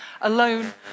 alone